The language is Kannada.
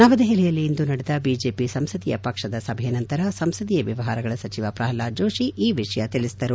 ನವದೆಹಲಿಯಲ್ಲಿಂದು ನಡೆದ ಬಿಜೆಪಿ ಸಂಸದೀಯ ಪಕ್ಷದ ಸಭೆಯ ನಂತರ ಸಂಸದೀಯ ವ್ಯವಹಾರಗಳ ಸಚಿವ ಪ್ರಹ್ಲಾದ್ ಜೋಷಿ ಈ ವಿಷಯ ತಿಳಿಸಿದರು